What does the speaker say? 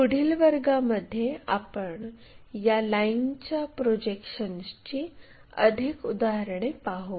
पुढील वर्गामध्ये आपण या लाईनच्या प्रोजेक्शन्सची अधिक उदाहरणे पाहू